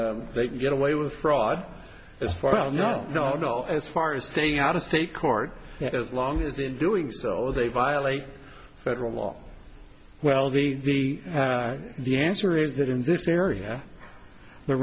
and they can get away with fraud as far as no no no as far as staying out of state court as long as they are doing so they violate federal law well the the answer is that in this area the